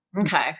okay